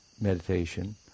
meditation